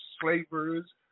slavers